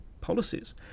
policies